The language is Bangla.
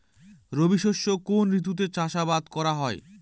রবি শস্য কোন ঋতুতে চাষাবাদ করা হয়?